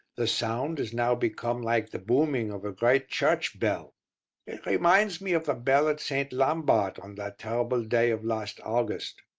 the sound is now become like the booming of a great church bell. it reminds me of the bell at st. lambart on that terrible day of last august.